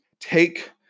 take